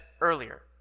earlier